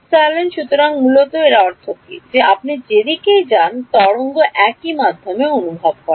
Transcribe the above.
ε সুতরাং মূলত এর অর্থ কী যে আপনি যেদিকেই যান তরঙ্গ একই মাধ্যম অনুভব করে